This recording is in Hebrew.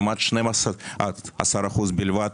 לעומת 12% בלבד